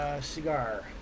cigar